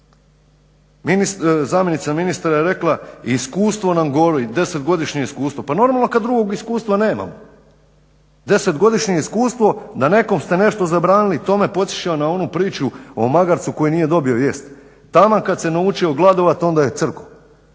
Zamjenica ministra je rekla iskustvo nam govori, Deset godišnje iskustvo, pa normalno kad drugog iskustva nemam. Desetgodišnje iskustvo, na nekom ste nešto zabranili, i to me podsjeća na onu priču o magarcu koji nije dobio riječ. Taman kad se naučio gladovat onda je crko.